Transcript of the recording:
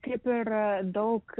kaip ir daug